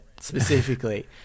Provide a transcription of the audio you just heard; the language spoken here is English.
specifically